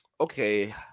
Okay